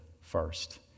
first